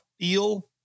feel